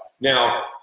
Now